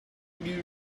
give